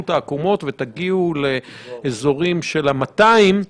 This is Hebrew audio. את העקומות ותגיעו לאזורים של ה-200,